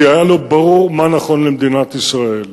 כי היה לו ברור מה נכון למדינת ישראל.